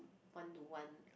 one to one